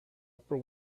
upper